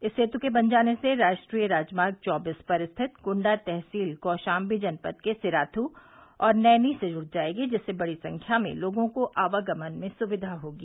इस सेतु के बन जाने से राष्ट्रीय राजमार्ग चौबीस पर स्थित कुंडा तहसील कौशाम्बी जनपद के सिराथू और नैनी से जुड़ जायेगी जिससे बड़ी संख्या में लोगों को आवागमन में सुविधा होगी